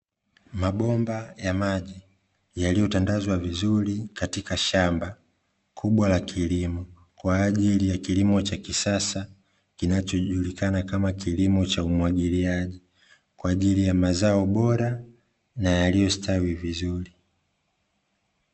Mabomba ya maji, yaliyotandazwa vizuri katika shamba kubwa la kilimo, kwa ajili ya kilimo cha kisasa, kinachojulikana kama kilimo cha umwagiliaji kwa ajili ya mazao bora na yaliyostawi vizuri.